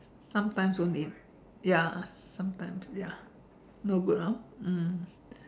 sometimes only ya sometimes ya no good hor mm